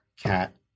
cat